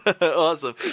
awesome